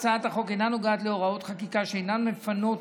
הצעת החוק אינה נוגעת להוראות חקיקה שאינן מפנות